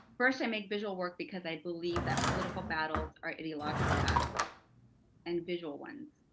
first, i make visual work because i believe that political battles are ideological battle and visual ones,